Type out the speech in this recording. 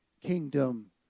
kingdom